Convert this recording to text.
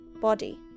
body